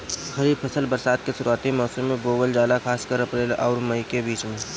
खरीफ फसल बरसात के शुरूआती मौसम में बोवल जाला खासकर अप्रैल आउर मई के बीच में